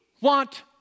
want